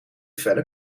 felle